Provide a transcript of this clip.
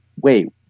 wait